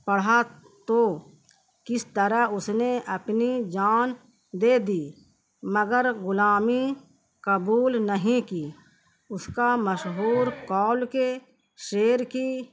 پڑھا تو کس طرح اس نے اپنی جان دے دی مگر غلامی قبول نہیں کی اس کا مشہور قول کے شیر کی